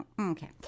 Okay